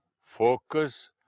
Focus